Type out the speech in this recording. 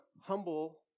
humble